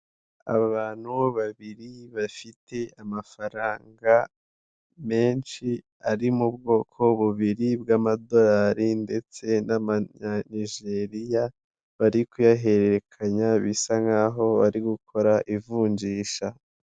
Abantu babiri bafite amafaranga menshi ari mu bwoko bubiri bw'amadorari ndetse n'amanyanijeriya, bari kuyahererekanya bisa nkaho bari gukora ivunjisha.